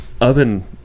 oven